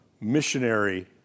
missionary